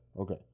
Okay